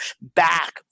back